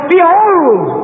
Behold